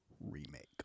Remake